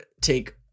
take